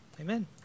Amen